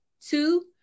Two